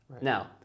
Now